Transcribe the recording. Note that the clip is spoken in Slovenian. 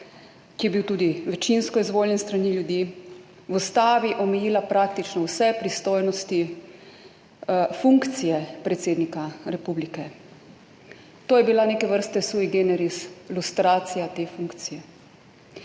ki je bil tudi večinsko izvoljen s strani ljudi, v ustavi omejila praktično vse pristojnosti, funkcije predsednika republike. To je bila neke vrste sui generis lustracija te funkcije.